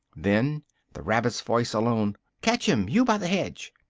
then the rabbit's voice alone catch him, you by the hedge!